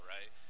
Right